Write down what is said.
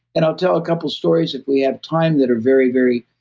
and i'll tell a couple stories if we have time that are very, very